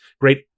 Great